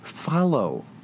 Follow